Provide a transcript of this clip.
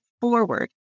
forward